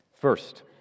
First